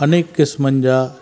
अनेक क़िस्मनि जा